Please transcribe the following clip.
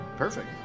Perfect